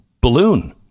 balloon